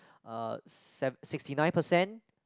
uh s~ sixty nine percent